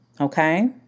Okay